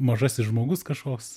mažasis žmogus kažkoks